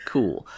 Cool